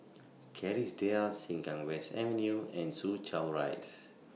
Kerrisdale Sengkang West Avenue and Soo Chow Rise